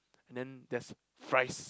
and then there's fries